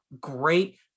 great